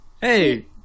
Hey